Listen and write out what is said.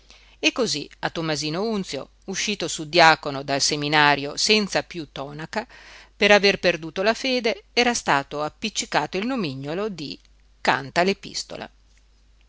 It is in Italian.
e cosí a tommasino unzio uscito suddiacono dal seminario senza piú tonaca per aver perduto la fede era stato appiccicato il nomignolo di canta l'epistola la